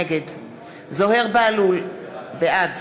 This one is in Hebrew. נגד זוהיר בהלול, בעד